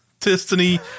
Destiny